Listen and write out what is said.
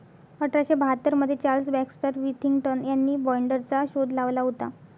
अठरा शे बाहत्तर मध्ये चार्ल्स बॅक्स्टर विथिंग्टन यांनी बाईंडरचा शोध लावला होता